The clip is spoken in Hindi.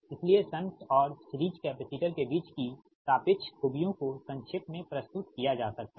इसलिए शंट और सिरीज़ कैपेसिटर के बीच की सापेक्ष खूबियों को संक्षेप में प्रस्तुत किया जा सकता है